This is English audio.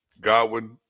Godwin